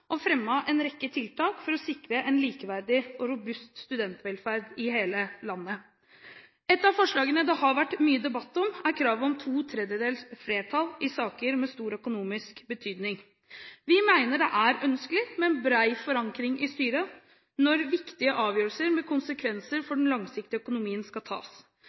og fremmet en rekke tiltak for å sikre en likeverdig og robust studentvelferd i hele landet. Et av forslagene det har vært mye debatt om, er kravet om to tredjedels flertall i saker med stor økonomisk betydning. Vi mener det er ønskelig med en bred forankring i styret når viktige avgjørelser med konsekvenser for den langsiktige økonomien skal tas.